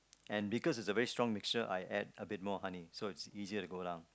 and because its a very strong mixture I add a bit more honey so it's easier to go down